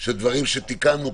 של דברים שתיקנו,